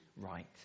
right